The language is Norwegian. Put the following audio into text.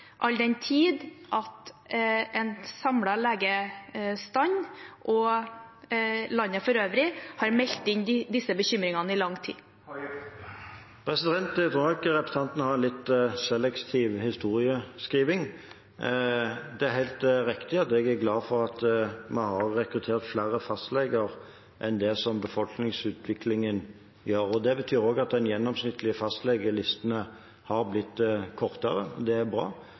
all den tid en samlet legestand og landet for øvrig har meldt inn disse bekymringene i lang tid? Jeg tror nok representanten har en litt selektiv historieskriving. Det er helt riktig at jeg er glad for at vi har rekruttert flere fastleger enn det som befolkningsutviklingen tilsier. Det betyr også at de gjennomsnittlige fastlegelistene har blitt kortere – det er bra